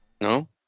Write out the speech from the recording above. no